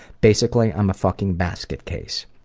basically i'm a fucking basket case.